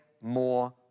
more